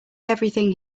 everything